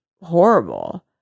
horrible